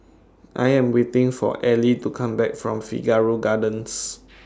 I Am waiting For Ellie to Come Back from Figaro Gardens